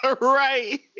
Right